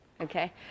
okay